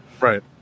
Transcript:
Right